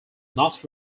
not